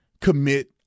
commit